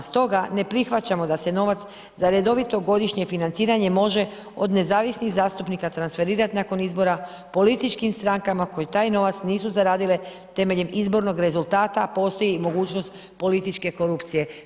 Stoga ne prihvaćamo da se novac za redovito godišnje financiranje može od nezavisnih zastupnika transferirati nakon izbora, političkim strankama koje taj novac nisu zaradile temeljem izbornog rezultata a postoji mogućnost političke korupcije.